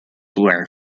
were